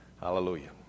hallelujah